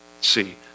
see